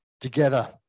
together